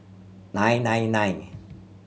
nine nine nine